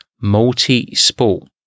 multi-sport